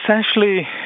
essentially